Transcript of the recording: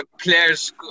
players